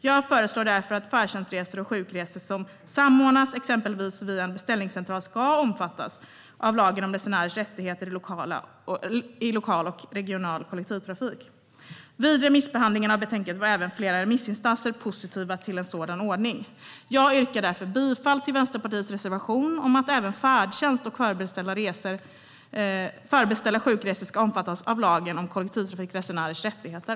Jag föreslår därför att färdtjänstresor och sjukresor som samordnas, exempelvis via en beställningscentral, ska omfattas av lagen om resenärers rättigheter i lokal och regional kollektivtrafik." Vid remissbehandlingen av betänkandet var även flera remissinstanser positiva till en sådan ordning. Jag yrkar därför bifall till Vänsterpartiets reservation om att även färdtjänst och förbeställda sjukresor ska omfattas av lagen om kollektivtrafikresenärers rättigheter.